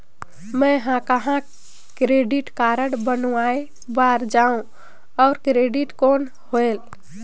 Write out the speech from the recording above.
मैं ह कहाँ क्रेडिट कारड बनवाय बार जाओ? और क्रेडिट कौन होएल??